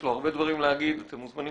יש לו הרבה דברים להגיד ואתם מוזמנים,